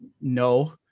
No